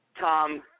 Tom